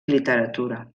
literatura